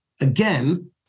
again